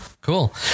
cool